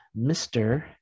Mr